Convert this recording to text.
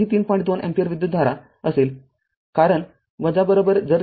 २ ampere विद्युतधारा असेल कारण जर ते ३